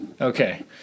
Okay